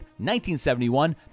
1971